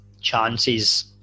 chances